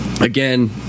again